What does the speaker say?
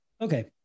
Okay